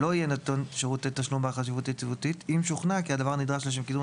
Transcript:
ולשם פעילות